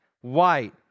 white